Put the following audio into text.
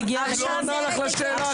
היא לא עונה לך על השאלה.